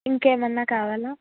ఇంకేమైనా కావాలా